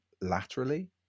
laterally